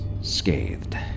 scathed